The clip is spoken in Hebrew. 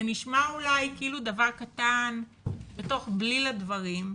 זה נשמע אולי כאילו דבר קטן בתוך בליל הדברים,